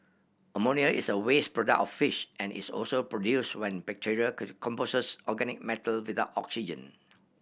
ammonia is a waste product of fish and is also produced when bacteria composes organic matter without oxygen